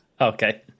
Okay